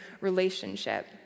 relationship